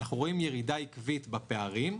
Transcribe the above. אנחנו רואים ירידה עקבית בפערים.